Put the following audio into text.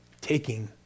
taking